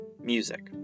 music